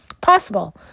possible